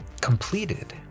completed